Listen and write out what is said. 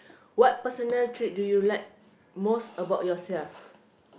what personal trait do you like most about yourself